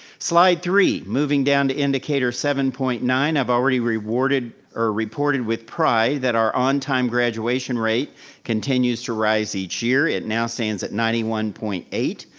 slide three, moving down to indicator seven point nine, i've already rewarded, or reported with pride that our on-time graduation rate continues to rise each year, it now stands at ninety one point eight,